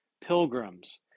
pilgrims